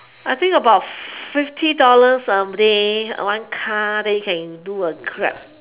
I think about fifty dollars a day one car then you can do a grab